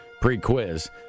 pre-quiz